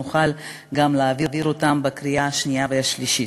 אנחנו נוכל גם להעביר אותן בקריאה שנייה ושלישית.